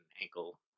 ankle